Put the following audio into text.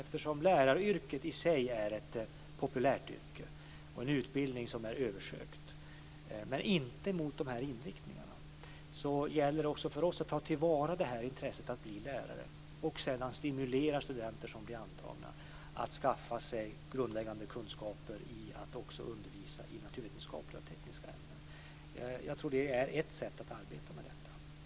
Eftersom läraryrket i sig är ett populärt yrke och en utbildning som är översökt - men inte när det gäller de här inriktningarna - så gäller det också för oss att ta till vara intresset att bli lärare och att stimulera studenter som blir antagna att skaffa sig grundläggande kunskaper i att också undervisa i naturvetenskapliga och tekniska ämnen. Jag tror att det är ett sätt att arbeta med detta.